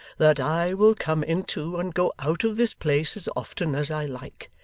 that i will come into and go out of this place as often as i like,